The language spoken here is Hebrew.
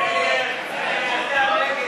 נא להצביע.